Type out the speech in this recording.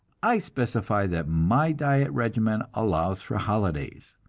i specify that my diet regimen allows for holidays.